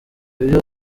ibyo